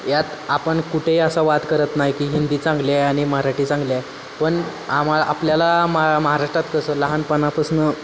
यात आपण कुठेही असं वाद करत नाही की हिंदी चांगली आहे आणि मराठी चांगली आहे पण आमा आपल्याला महा महाराष्ट्रात कसं लहानपणापासून